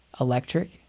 electric